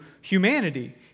humanity